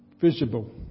visible